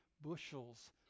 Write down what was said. bushels